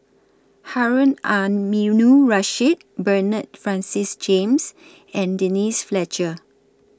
Harun Aminurrashid Bernard Francis James and Denise Fletcher